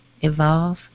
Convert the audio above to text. evolve